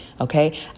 Okay